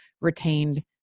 retained